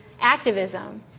activism